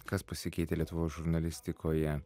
kas pasikeitė lietuvos žurnalistikoje